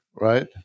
right